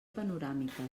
panoràmiques